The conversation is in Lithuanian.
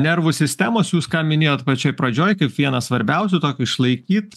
nervų sistemos jūs ką minėjot pačioj pradžioj kaip vieną svarbiausių tokių išlaikyt